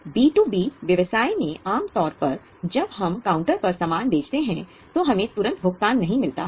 B2B व्यवसाय में आम तौर पर जब हम काउंटर पर सामान बेचते हैं तो हमें तुरंत भुगतान नहीं मिलता है